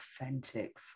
authentic